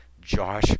Josh